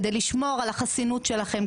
כדי לשמור על החסינות שלכם,